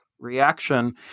reaction